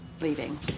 leaving